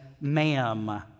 ma'am